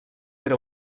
era